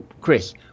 Chris